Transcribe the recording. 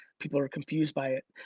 people are confused by it.